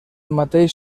mateix